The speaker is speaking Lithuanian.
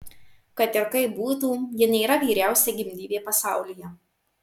kad ir kaip būtų ji nėra vyriausia gimdyvė pasaulyje